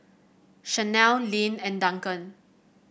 Shanelle Lynn and Duncan